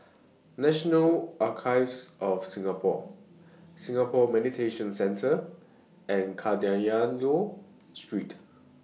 National Archives of Singapore Singapore Mediation Centre and Kadayanallur Street